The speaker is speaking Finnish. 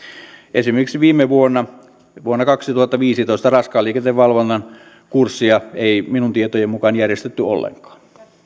esimerkiksi viime vuonna vuonna kaksituhattaviisitoista raskaan liikenteen valvonnan kurssia ei minun tietojeni mukaan järjestetty ollenkaan